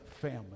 family